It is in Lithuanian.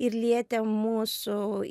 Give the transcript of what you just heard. ir lietė mūsų